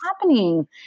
happening